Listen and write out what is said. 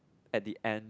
at the end